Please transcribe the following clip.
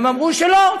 אמרו שלא,